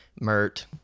Mert